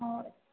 oh